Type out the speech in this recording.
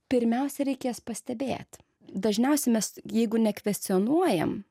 pirmiausia reik jas pastebėt dažniausiai mes jeigu nekvestionuojam